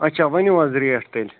اَچھا ؤنِو حظ ریٹ تیٚلہِ